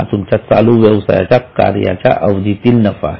हा तुमच्या चालू व्यवसाय कार्याच्या अवधीतील नफा आहे